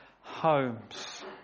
homes